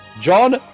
John